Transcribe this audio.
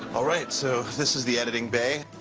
all right, so this is the editing bay.